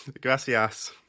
Gracias